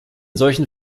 solchen